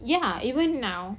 ya even now